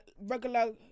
regular